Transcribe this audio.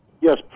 Yes